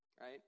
right